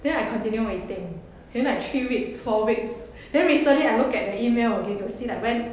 then I continue waiting then like three weeks four weeks then recently I look at the email again to see like when